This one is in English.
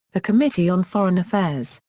the committee on foreign affairs,